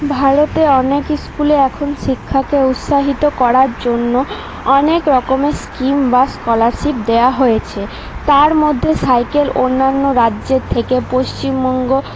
ভারতে অনেক স্কুলে এখন শিক্ষাকে উৎসাহিত করার জন্য অনেকরকমের স্কীম বা স্কলারশিপ দেওয়া হয়েছে তার মধ্যে সাইকেল অন্যান্য রাজ্যের থেকে পশ্চিমবঙ্গ